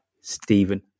Stephen